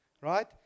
right